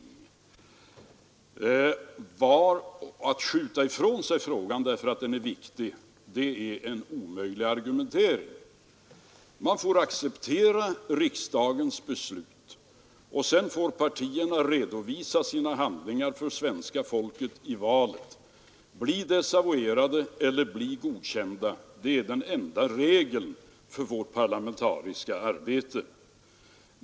Att säga att man skall skjuta ifrån sig frågan därför att den är viktig är ett omöjligt argument. Man får acceptera riksdagens beslut, och sedan får partierna redovisa sina handlingar för svenska folket i valet — bli desavuerade eller bli godkända. Det är den enda regeln för vårt parlamentariska arbete.